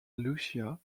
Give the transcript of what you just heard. lucia